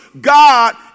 God